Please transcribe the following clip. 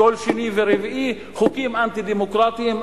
כל שני ורביעי חוקים אנטי-דמוקרטיים,